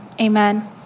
amen